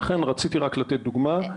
רציתי רק לתת דוגמה.